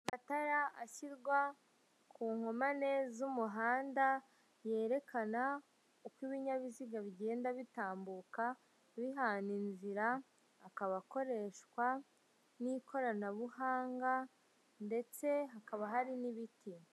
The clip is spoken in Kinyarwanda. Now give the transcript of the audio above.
Amatara ashyirwa ku nkomane z'umuhanda yerekana uko ibinyabiziga bigenda bitambuka bihana inzira, akaba akoreshwa n'ikoranabuhanga ndetse hakaba hari n'ibiti.